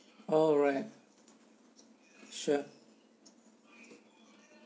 alright sure